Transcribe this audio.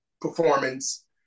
performance